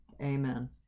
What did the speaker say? Amen